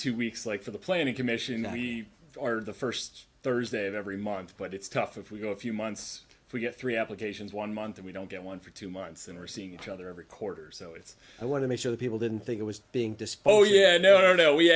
two weeks like for the planning commission we are the first thursday of every month but it's tough if we go a few months we get three applications one month and we don't get one for two months and we're seeing each other every quarter so it's i want to make sure people didn't think it was being despoja no no we